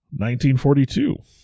1942